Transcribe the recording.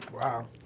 Wow